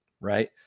right